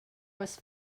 was